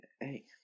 Hey